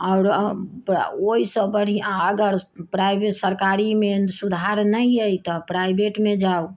आओर ओहिसँ बढ़िऑं अगर प्राइभेट सरकारीमे सुधार नहि अछि तऽ प्राइभेटमे जाऊ